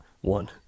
One